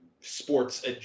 sports